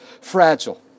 fragile